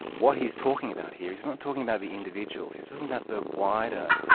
what he's talking about here, he's not talking about the individuals, he's talking about the wider.